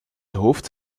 hoofd